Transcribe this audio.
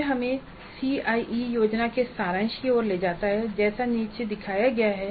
यह हमें सीआईई योजना के सारांश की ओर ले जाता है जैसा कि नीचे दिखाया गया है